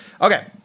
Okay